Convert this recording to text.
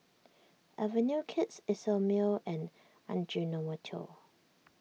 Avenue Kids Isomil and Ajinomoto